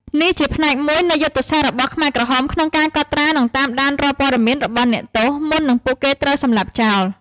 នេះជាផ្នែកមួយនៃយុទ្ធសាស្ត្ររបស់ខ្មែរក្រហមក្នុងការកត់ត្រា និងតាមដានរាល់ព័ត៌មានរបស់អ្នកទោស មុននឹងពួកគេត្រូវសម្លាប់ចោល។